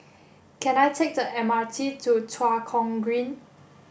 can I take the M R T to Tua Kong Green